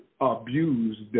abused